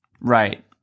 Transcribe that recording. Right